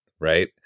right